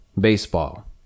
baseball